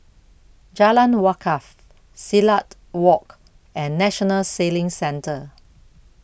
Jalan Wakaff Silat Walk and National Sailing Centre